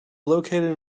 located